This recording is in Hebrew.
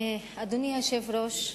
אדוני היושב-ראש,